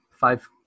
Five